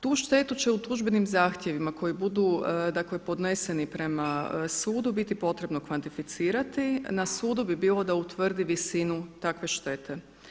Tu štetu će u tužbenim zahtjevima koji budu, dakle podneseni prema sudu biti potrebno kvantificirati na sudu bi bilo da utvrdi visinu takve štete.